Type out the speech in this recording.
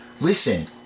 listen